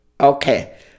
Okay